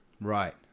Right